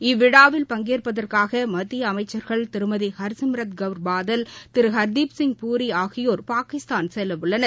இவ்விழாவில் பங்கேற்பதற்காக மத்திய அமைச்சர்கள் திருமதி ஹர்சிம்ரத் கவுர் பாதல் திரு ஹர்தீப் சிங் பூரி ஆகியோர் பாகிஸ்தான் செல்லவுள்ளனர்